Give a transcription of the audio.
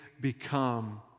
become